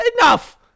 Enough